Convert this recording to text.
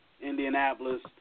Indianapolis